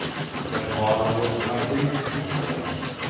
been long in this country? he asked.